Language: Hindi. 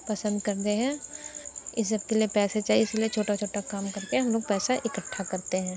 पसंद करते हैं इन सबके लिए पैसे चाहिए इसलिए छोटा छोटा काम करके हम लोग पैसा इकठ्ठा करते हैं